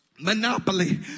Monopoly